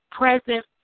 present